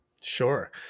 Sure